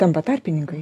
tampa tarpininkai